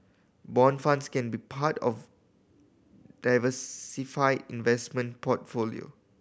bond funds can be part of diversified investment portfolio